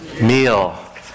Meal